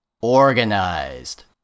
organized